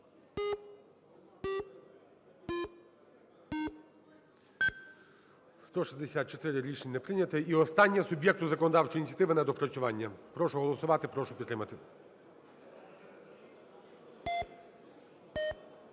За-166 Рішення не прийнято. І останнє – суб'єкту законодавчої ініціативи на доопрацювання. Прошу голосувати, прошу підтримати.